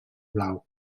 blau